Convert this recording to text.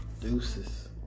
deuces